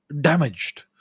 damaged